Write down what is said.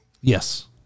Yes